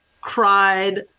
cried